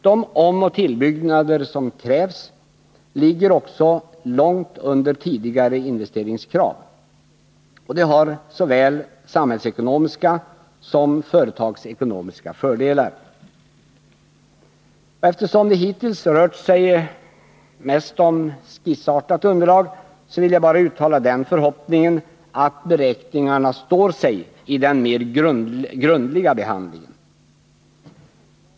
De omoch tillbyggnader som krävs ligger också långt under tidigare investeringskrav. Detta har såväl samhällsekonomiska som företagsekonomiska fördelar. Eftersom det hittills rört sig mest om skissartat underlag, vill jag uttala förhoppningen att beräkningarna står sig i den grundligare behandlingen.